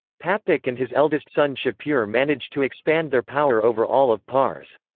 papak and his eldest son shapur managed to expand their power over all of pars.